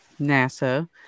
NASA